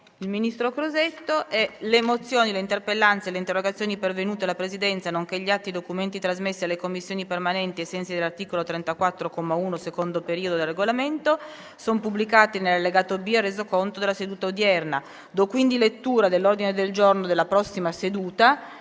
del ministro Crosetto,